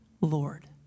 Lord